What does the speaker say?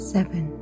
Seven